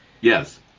Yes